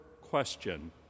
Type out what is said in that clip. question